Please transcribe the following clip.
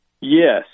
Yes